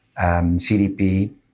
CDP